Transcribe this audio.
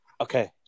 okay